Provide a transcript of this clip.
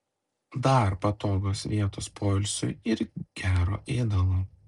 dar patogios vietos poilsiui ir gero ėdalo